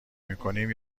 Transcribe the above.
میکنیم